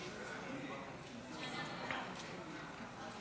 תשעה נגד.